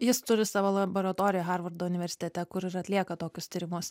jis turi savo laboratoriją harvardo universitete kur ir atlieka tokius tyrimus